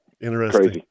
Interesting